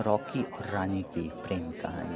Rocky आओर रानीके प्रेम कहानी